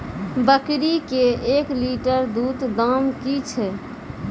बकरी के एक लिटर दूध दाम कि छ?